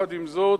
עם זאת,